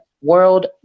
World